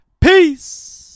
Peace